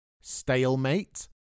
Stalemate